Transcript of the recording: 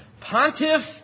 Pontiff